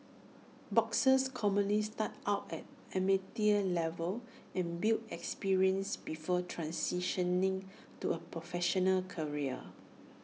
boxers commonly start out at amateur level and build experience before transitioning to A professional career